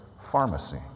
pharmacy